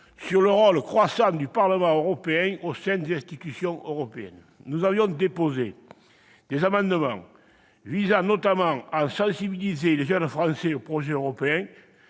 sur le rôle croissant du Parlement européen au sein des institutions européennes. Nous avions déposé des amendements visant notamment à sensibiliser les jeunes Français au projet européen.